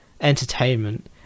entertainment